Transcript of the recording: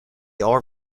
are